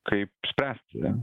kaip spręsti